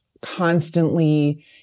constantly